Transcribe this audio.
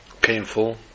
painful